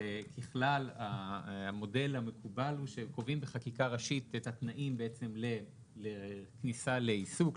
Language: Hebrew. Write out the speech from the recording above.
שככלל המודל המקובל הוא שקובעים בחקיקה ראשית את התנאים לכניסה לעיסוק,